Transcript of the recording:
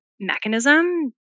mechanism